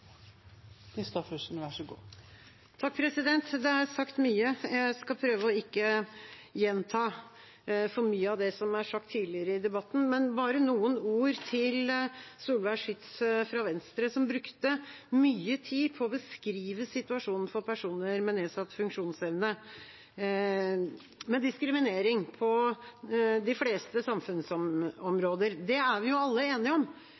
sagt mye, jeg skal prøve å ikke gjenta for mye av det som er sagt tidligere i debatten, men bare noen ord til Solveig Schytz, fra Venstre, som brukte mye tid på å beskrive situasjonen for personer med nedsatt funksjonsevne, med diskriminering på de fleste samfunnsområder. Det er vi jo alle enige om,